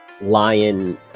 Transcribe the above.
lion